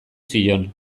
zion